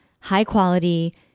high-quality